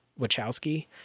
Wachowski